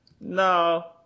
No